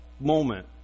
moment